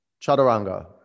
Chaturanga